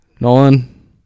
Nolan